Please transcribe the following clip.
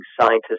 scientists